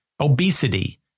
obesity